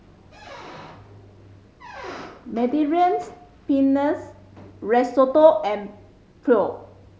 Mediterranean Pennes Risotto and Pho